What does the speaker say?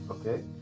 Okay